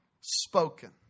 spoken